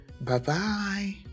Bye-bye